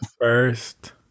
first